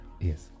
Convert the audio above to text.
yes